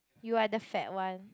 you are the fat one